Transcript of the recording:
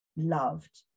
loved